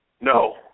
No